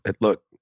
look